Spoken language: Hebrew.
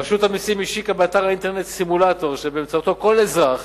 רשות המסים השיקה באתר האינטרנט סימולטור שבאמצעותו כל אזרח